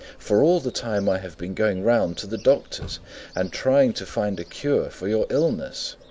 for all the time i have been going round to the doctors and trying to find a cure for your illness.